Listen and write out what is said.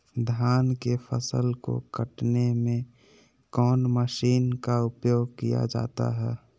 धान के फसल को कटने में कौन माशिन का उपयोग किया जाता है?